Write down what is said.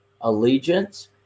allegiance